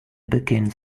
begins